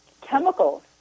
chemicals